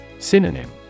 Synonym